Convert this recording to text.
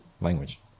language